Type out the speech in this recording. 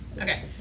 Okay